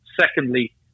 secondly